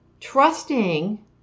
Trusting